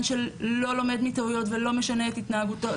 של לא לומד מטעויות ולא משנה את התנהגותו,